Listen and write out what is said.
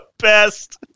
best